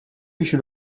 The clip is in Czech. píšu